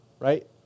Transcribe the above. right